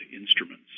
instruments